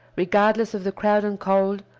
regardless of the crowd and cold,